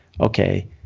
okay